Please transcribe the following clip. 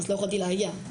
אז לא יכולתי להגיע.